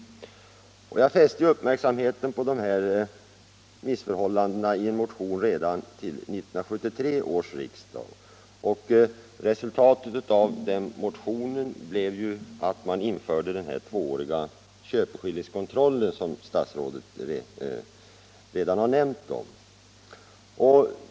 Jag fäste uppmärksamheten på de här missförhållandena i en motion redan till 1973 års riksdag. Resultatet av den motionen blev att man införde den tvååriga köpeskillingskontrollen, som statsrådet redan har nämnt.